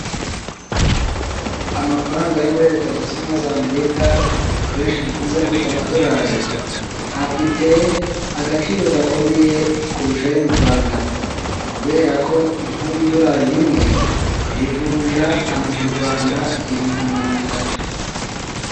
Amafaranga yo muri leta zunze ubumwe za Amerika benshi dukunze kwita amadolari, afite agaciro gakomeye kurusha ayo mu Rwanda, kubera ko nk'ubu idolari rimwe, rivunja amanyarwanda igihumbi na magana atatu.